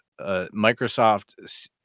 microsoft